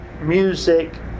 music